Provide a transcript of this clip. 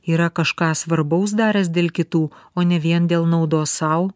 yra kažką svarbaus daręs dėl kitų o ne vien dėl naudos sau